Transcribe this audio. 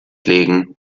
legen